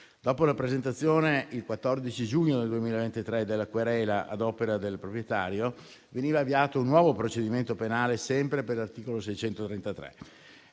Dopo la presentazione, il 14 giugno 2023, della querela ad opera del proprietario, veniva avviato un nuovo procedimento penale sempre ai sensi dell'articolo 633